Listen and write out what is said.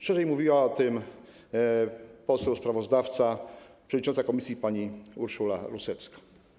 Szerzej mówiła o tym poseł sprawozdawca, przewodnicząca komisji pani Urszula Rusecka.